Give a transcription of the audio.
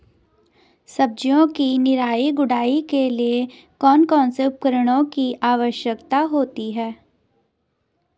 सब्जियों की निराई गुड़ाई के लिए कौन कौन से उपकरणों की आवश्यकता होती है?